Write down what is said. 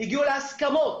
הגיעו להסכמות